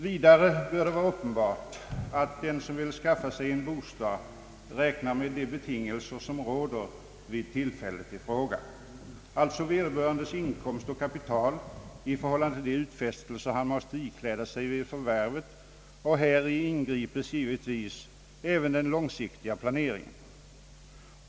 Vidare bör det vara uppenbart att den som vill skaffa sig en bostad räknar med de betingelser som råder vid tillfället i fråga, d.v.s. vederbörandes inkomst och kapital i förhållande till de utfästelser han måste ikläda sig vid förvärvet. Häri inbegripes givetvis även den långsiktiga planeringen.